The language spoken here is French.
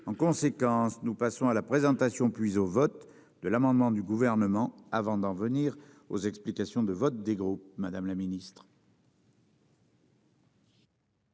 En conséquence, nous passons à la présentation puis au vote de l'amendement du gouvernement avant d'en venir aux explications de vote, des groupes. Madame la ministre.